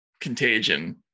contagion